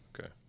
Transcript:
Okay